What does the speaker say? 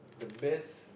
the best